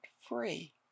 free